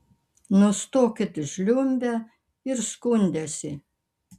nustokit žliumbę ir skundęsi